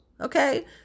Okay